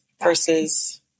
versus